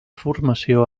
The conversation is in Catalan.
formació